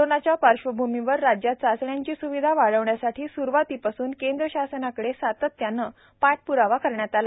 कोरानाच्या पार्श्वभूमीवर राज्यात चाचण्यांची सुविधा वाढविण्यासाठी सुरूवातीपासून केंद्र शासनाकडे सातत्याने पाठप्रावा करण्यात आला